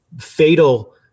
fatal